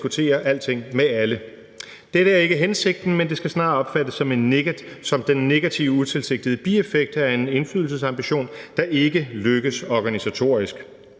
diskutere alting med alle. Dette er ikke hensigten, men det skal snarere opfattes som den negative utilsigtede bi-effekt af en indflydelsesambition, der ikke lykkes organisatorisk.